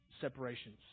separations